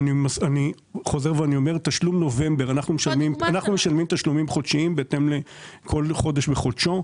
אני חוזר ואומר: אנחנו משלמים תשלומים חודשיים חודש בחודשו.